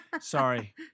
sorry